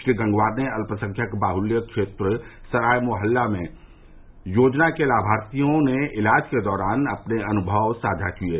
श्री गंगवार से अत्यसंख्यक बाहत्य क्षेत्र सराय मोहल्ला में योजना के लाभार्थियों ने इलाज के दौरान अपने अनुभव साझा किये